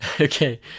Okay